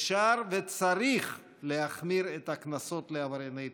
אפשר וצריך להחמיר את הקנסות לעברייני תנועה,